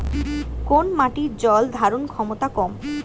কোন মাটির জল ধারণ ক্ষমতা কম?